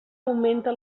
augmenta